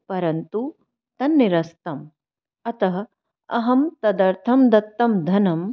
परन्तु तन्निरस्तम् अतः अहं तदर्थं दत्तं धनं